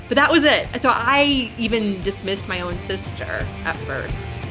but that was it. so i even dismissed my own sister, at first.